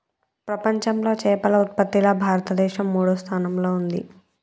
ప్రపంచంలా చేపల ఉత్పత్తిలా భారతదేశం మూడో స్థానంలా ఉంది